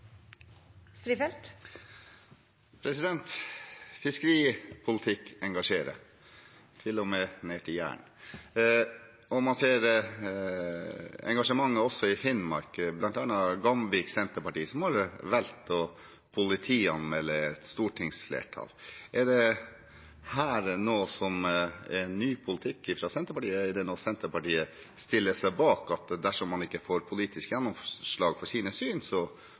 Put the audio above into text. ned til Jæren – og man ser engasjementet også i Finnmark, bl.a. i Gamvik senterparti, som har valgt å politianmelde et stortingsflertall. Er dette ny politikk fra Senterpartiet, er det noe Senterpartiet stiller seg bak, at dersom man ikke får politisk gjennomslag for sitt syn,